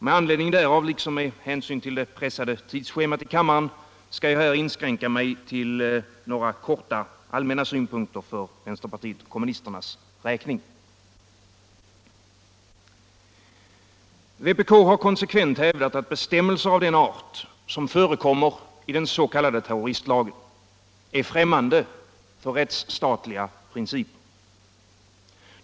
Med anledning därav — liksom med hänsyn till det pressade tidsschemat i kammaren — skall jag här inskränka mig till några kortfattade, allmänna synpunkter för vänsterpartiet kommunisternas räkning. Vpk har konsekvent hävdat, att bestämmelser av den art som förekommer i den s.k. terroristlagen är främmande för rättsstatliga principer.